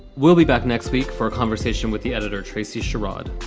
we'll be back next week for a conversation with the editor tracy charade.